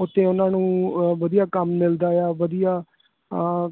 ਉੱਥੇ ਉਹਨਾਂ ਨੂੰ ਅ ਵਧੀਆ ਕੰਮ ਮਿਲਦਾ ਆ ਵਧੀਆ